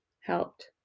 helped